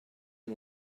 and